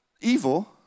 evil